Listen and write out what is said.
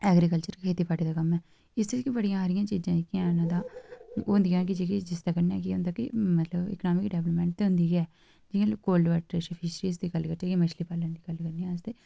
agriculture दा बड़ा कम्म ऐ इसी बी बड़ियां चीज़ा है'न जेह्कियां तां ओह् होंदियां ते जिस कन्नै होंदा की मतलब इकॉनामिक डेवल्पमेंट ते होंदी गै मछली पालन दी गल्ल करने आं अस ते